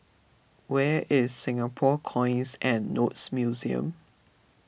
where is Singapore Coins and Notes Museum